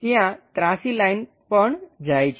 ત્યાં ત્રાસી લાઈન પણ જાય છે